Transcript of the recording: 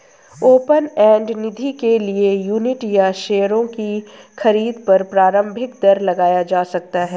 open end निधि के लिए यूनिट या शेयरों की खरीद पर प्रारम्भिक दर लगाया जा सकता है